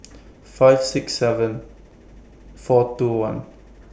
five six seven four two one